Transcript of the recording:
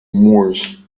moors